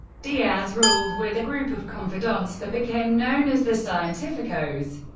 diaz ruled with a group of confidants that became known as the cientificos.